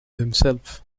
himself